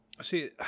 see